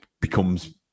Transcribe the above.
becomes